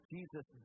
Jesus